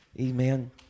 Amen